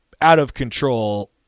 out-of-control